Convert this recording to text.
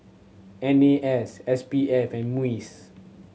N A S S P F and MUIS